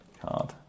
card